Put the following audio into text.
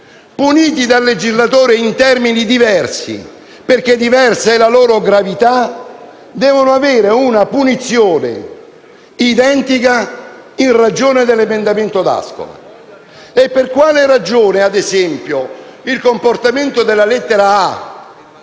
puniti dal legislatore in termini diversi, perché diversa è la loro gravità, devono avere una punizione identica in ragione dell'emendamento D'Ascola? E per quale ragione - ad esempio - il comportamento previsto dalla lettera